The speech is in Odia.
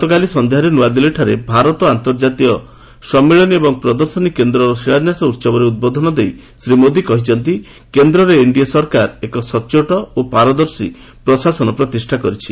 ଗତକାଲି ସଂଧ୍ୟାରେ ନୂଆଦିଲ୍ଲୀଠାରେ ଭାରତ ଅନ୍ତର୍ଜାତୀୟ ସମ୍ମିଳନୀ ଏବଂ ପ୍ରଦର୍ଶନୀ କେନ୍ଦ୍ରର ଶିଳାନ୍ୟାସ ଉତ୍ସବରେ ଉଦ୍ବୋଧନ ଦେଇ ଶ୍ରୀ ମୋଦି କହିଛନ୍ତି କେନ୍ଦରେ ଏନ୍ଡିଏ ସରକାର ଏକ ସଚ୍ଚୋଟ ଓ ପାରଦର୍ଶୀ ପ୍ରଶାସନ ପ୍ରତିଷ୍ଠା କରିଛନ୍ତି